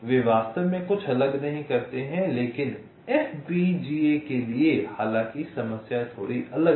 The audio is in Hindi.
वे वास्तव में कुछ अलग नहीं करते हैं लेकिन एफपीजीए के लिए हालाँकि समस्या थोड़ी अलग है